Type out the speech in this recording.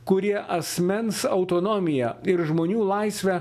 kurie asmens autonomiją ir žmonių laisvę